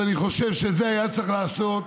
אבל אני חושב שאת זה היה צריך לעשות,